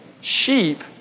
Sheep